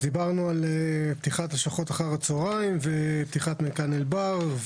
אז דיברנו על פתיחת לשכות אחר הצוהריים ופתיחת מתקן אלבר.